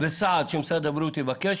וסעד שמשרד הבריאות מבקש,